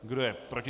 Kdo je proti?